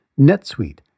NetSuite